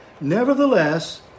Nevertheless